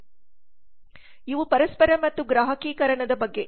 ಇವು ಪರಸ್ಪರ ಮತ್ತು ಗ್ರಾಹಕೀಕರಣದ ಬಗ್ಗೆ